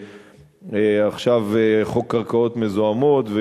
ועכשיו חוק קרקעות מזוהמות,